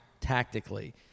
tactically